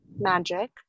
magic